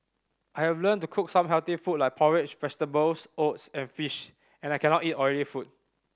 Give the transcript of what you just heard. I have learned to cook some healthy food like porridge vegetables oats and fish and I cannot eat oily food